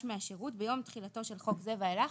מהשירות ביום תחילתו של חוק זה ואילך.